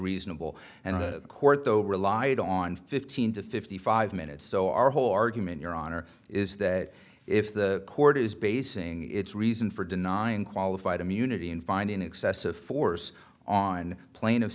reasonable and the court though relied on fifteen to fifty five minutes so our whole argument your honor is that if the court is basing its reason for denying qualified immunity and finding excessive force on pla